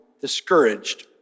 discouraged